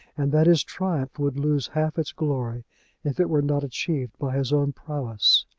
and that his triumph would lose half its glory if it were not achieved by his own prowess.